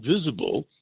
visible